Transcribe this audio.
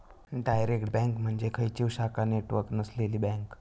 direct bank म्हणजे खंयचीव शाखा नेटवर्क नसलेली बँक